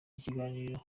ikiganiro